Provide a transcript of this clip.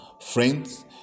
Friends